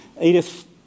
Edith